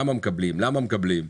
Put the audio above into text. כמה מקבלים וכמה מקבלים.